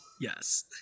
yes